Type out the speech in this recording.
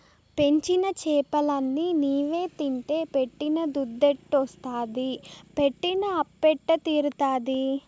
పెంచిన చేపలన్ని నీవే తింటే పెట్టిన దుద్దెట్టొస్తాది పెట్టిన అప్పెట్ట తీరతాది